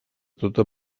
tota